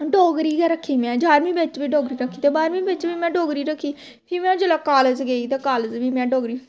डोगरी गै रक्खी में जारमीं बिच्च बी डोगरी रक्खी ते बाह्रमीं बिच्च बी में डोगरी रक्खी फ्ही में जिसलै कालेज गेई ते कालेज बी में डोगरी